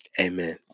Amen